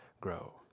grow